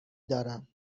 دارم